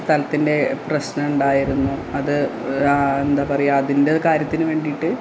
സ്ഥലത്തിൻ്റെ പ്രശ്നം ഉണ്ടായിരുന്നു അത് എന്താണ് പറയുക അതിൻ്റെ കാര്യത്തിന് വേണ്ടിയിട്ട്